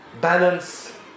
balance